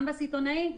גם בסיטונאית,